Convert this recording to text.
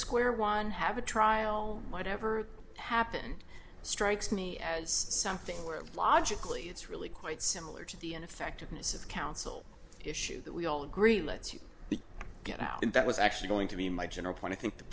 square one have a trial whatever happened strikes me as something where logically it's really quite similar to the ineffectiveness of counsel issue that we all agree let's you get out and that was actually going to be my general point i think the